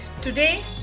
today